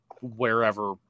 wherever